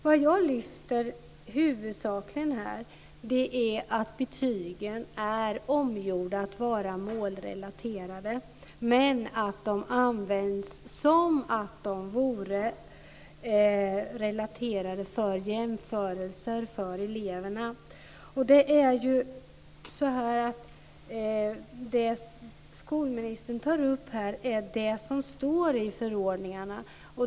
Vad jag huvudsakligen lyfter fram är att betygen är omgjorda till att vara målrelaterade men att de används som om de vore relaterade för jämförelser mellan eleverna. Det skolministern tar upp här är det som står i förordningarna.